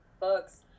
books